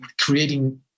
creating